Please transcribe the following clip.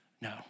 no